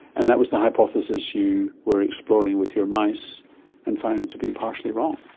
and that was the hypothesis you were exploring with your mice and found to be partially wrong.